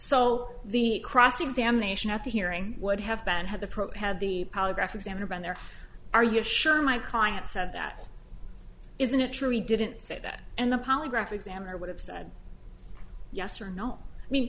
so the cross examination at the hearing would have been had approached had the polygraph examiner been there are you assure my client said that isn't it true he didn't say that and the polygraph examiner would have said yes or no i mean